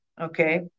Okay